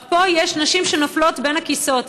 רק פה יש נשים שנופלות בין הכיסאות.